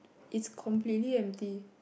it's completely empty